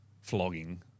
flogging